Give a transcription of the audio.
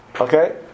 Okay